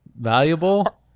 valuable